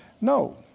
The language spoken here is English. No